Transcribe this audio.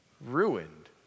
Ruined